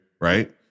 right